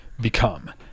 become